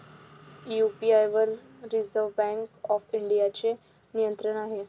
UPI वर reserve bank of इंडियाचे नियंत्रण आहे